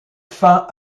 fin